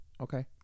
Okay